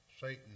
Satan